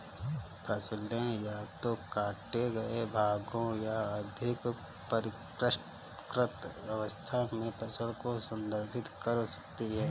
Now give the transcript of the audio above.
फसलें या तो काटे गए भागों या अधिक परिष्कृत अवस्था में फसल को संदर्भित कर सकती हैं